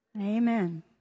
Amen